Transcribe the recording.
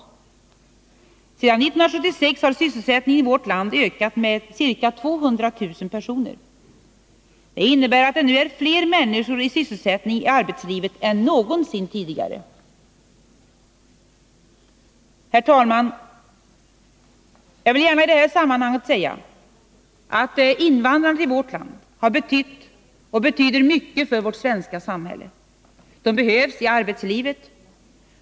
Sedan 1976 har sysselsättningen i vårt land ökat med ca 200 000 personer. Det innebär att det nu är fler människor i sysselsättning i arbetslivet än någonsin tidigare. Herr talman! Jag vill gärna i detta sammanhang säga att invandrarna har betytt och betyder mycket för vårt svenska samhälle. De behövs i arbetslivet.